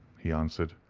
he answered,